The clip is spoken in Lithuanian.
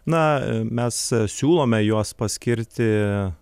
na mes siūlome juos paskirti